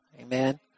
amen